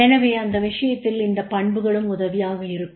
எனவே அந்த விஷயத்தில் இந்த பண்புகளும் உதவியாக இருக்கும்